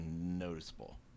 noticeable